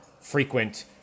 frequent